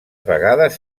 vegades